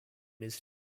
his